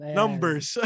numbers